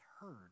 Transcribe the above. heard